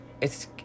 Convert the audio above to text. It's-